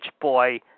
Boy